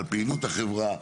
על פעילות החברה,